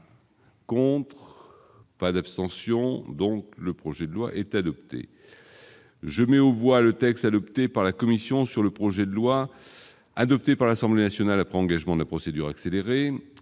corrompre. Pas d'abstention donc le projet de loi est adopté, je mets au voix le texte adopté par la commission sur le projet de loi adopté par l'Assemblée nationale après engagement là. Procédure accélérée,